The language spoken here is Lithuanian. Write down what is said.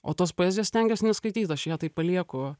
o tos poezijos stengiuos neskaityt aš ją taip palieku